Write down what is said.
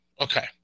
Okay